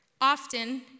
Often